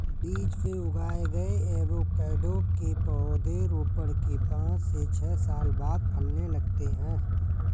बीज से उगाए गए एवोकैडो के पौधे रोपण के पांच से छह साल बाद फलने लगते हैं